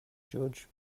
judge